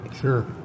Sure